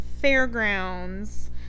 Fairgrounds